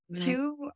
Two